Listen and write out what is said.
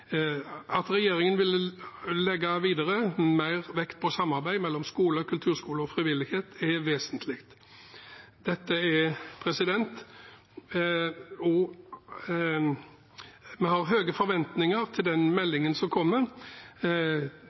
At regjeringen videre vil legge mer vekt på samarbeid mellom skole, kulturskole og frivillighet, er vesentlig. Vi har høye forventninger til meldingen som kommer,